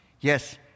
Yes